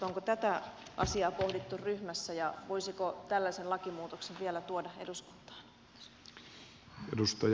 onko tätä asiaa pohdittu ryhmässä ja voisiko tällaisen lakimuutoksen vielä tuoda eduskuntaan